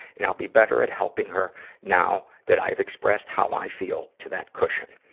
and i'll be better at helping her now that i've expressed how i feel to that cushion.